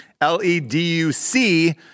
L-E-D-U-C